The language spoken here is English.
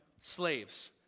slaves